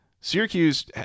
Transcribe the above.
Syracuse